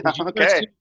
Okay